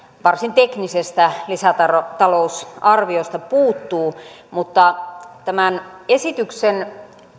varsin teknisestä lisätalousarviosta puuttuu mutta tämän esityksen